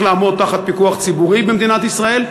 לעמוד תחת פיקוח ציבורי במדינת ישראל,